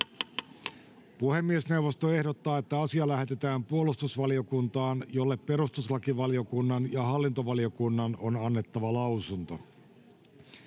Puhemiesneuvosto ehdottaa, että asia lähetetään lakivaliokuntaan, jolle perustuslakivaliokunnan on annettava lausunto.